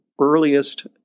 earliest